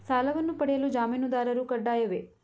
ಸಾಲವನ್ನು ಪಡೆಯಲು ಜಾಮೀನುದಾರರು ಕಡ್ಡಾಯವೇ?